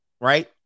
Right